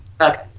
Okay